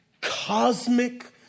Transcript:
cosmic